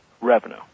revenue